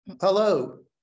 Hello